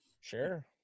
Sure